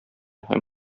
һәм